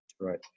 Right